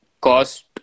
cost